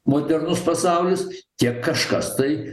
modernus pasaulis tiek kažkas tai